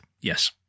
yes